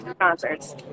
concerts